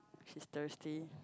she's thirsty